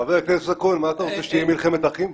חבר הכנסת כהן, מה אתה רוצה, שתהיה מלחמת אחים?